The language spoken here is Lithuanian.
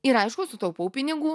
ir aišku sutaupau pinigų